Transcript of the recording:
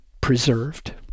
preserved